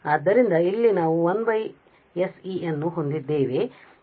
ಆದ್ದರಿಂದ ಇಲ್ಲಿ ನಾವು 1 sε ಅನ್ನು ಹೊಂದಿದ್ದೇವೆ ನಾವು ಈಗ ಮೈನಸ್ ಚಿಹ್ನೆಯನ್ನು ಸರಿಹೊಂದಿಸುತ್ತೇವೆ